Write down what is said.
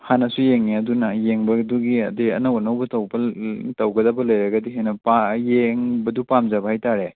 ꯍꯥꯟꯅꯁꯨ ꯌꯦꯡꯉꯦ ꯑꯗꯨꯅ ꯑꯩ ꯌꯦꯡꯕꯗꯨꯒꯤ ꯑꯗꯨꯏ ꯑꯅꯧ ꯑꯅꯧꯕ ꯇꯧꯕ ꯇꯧꯒꯗꯕ ꯂꯩꯔꯒꯗꯤ ꯍꯦꯟꯅ ꯌꯦꯡꯕꯗꯨ ꯄꯥꯝꯖꯒ ꯍꯥꯏꯇꯔꯦ